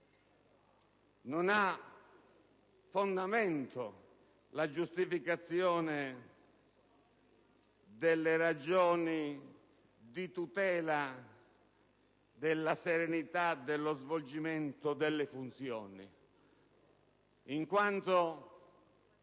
non ha fondamento la giustificazione delle ragioni di tutela della serenità dello svolgimento delle funzioni, in quanto